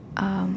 um